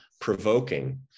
provoking